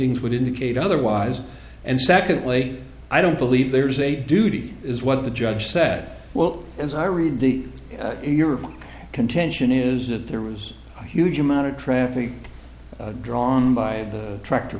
pleadings would indicate otherwise and secondly i don't believe there's a duty is what the judge said well as i read the your contention is that there was a huge amount of traffic drawn by the tractor